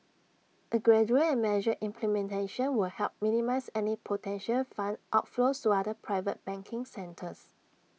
A gradual and measured implementation would help minimise any potential fund outflows to other private banking centres